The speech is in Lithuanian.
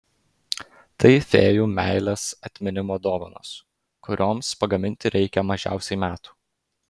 tai fėjų meilės atminimo dovanos kurioms pagaminti reikia mažiausiai metų